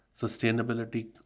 sustainability